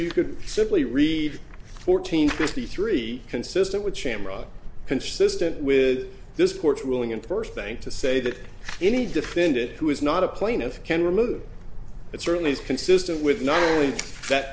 you could simply read fourteen fifty three consistent with shamrock consistent with this court's ruling and first thing to say that any defendant who is not a plaintiff can remove it certainly is consistent with not only that